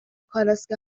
کالسکه